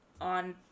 on